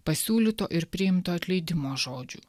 pasiūlyto ir priimto atleidimo žodžių